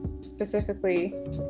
specifically